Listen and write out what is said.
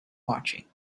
marching